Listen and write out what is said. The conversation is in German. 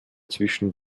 zwischen